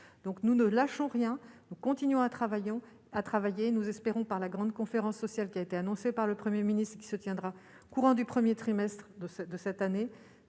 donc nous ne lâchons rien, nous continuons à travailler, à travailler, nous espérons par la grande conférence sociale qui a été annoncé par le 1er ministre qui se tiendra courant du 1er trimestre de cette,